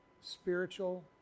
spiritual